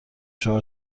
شما